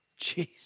jeez